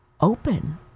open